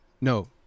no